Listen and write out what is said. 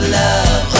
love